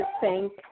thank